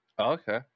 okay